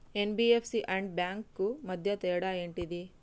NBFC and banks కు మధ్య తేడా ఏంటిది?